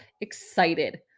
excited